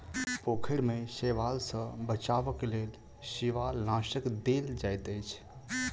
पोखैर में शैवाल सॅ बचावक लेल शिवालनाशक देल जाइत अछि